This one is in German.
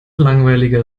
langweiliger